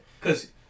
Cause